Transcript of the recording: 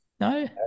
no